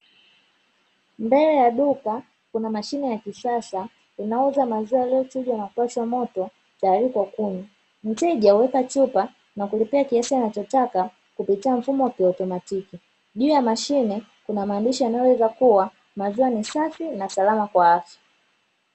Mbele ya duka, kuna mashine ya kisasa inayouza maziwa yaliyo chujwa na kupashwa moto tayari kwa kunywa. Mteja huweka chupa na kulipia kiasi anachotaka kupitia mfumo wa kiotomatiki. Juu ya mashine kuna maandishi yanayoweza kuwa “maziwa ni safi na Salama kwa afya".